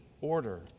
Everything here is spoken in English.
order